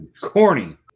Corny